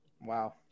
Wow